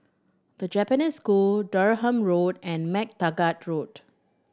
The Japanese School Durham Road and MacTaggart Road